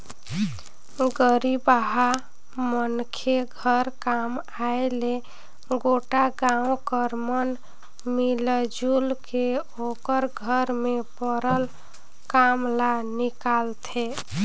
गरीबहा मनखे घर काम आय ले गोटा गाँव कर मन मिलजुल के ओकर घर में परल काम ल निकालथें